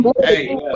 Hey